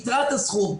מיתרת הסכום.